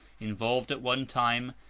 involved, at one time,